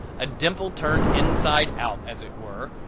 a dimple turned inside out, as it were,